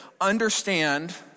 understand